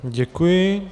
Děkuji.